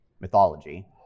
mythology